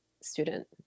student